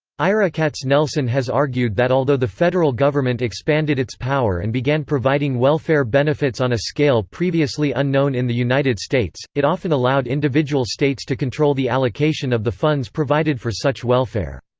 ira katznelson has argued that although the federal government expanded its power and began providing welfare benefits on a scale previously unknown in the united states, it often allowed individual states to control the allocation of the funds provided for such welfare.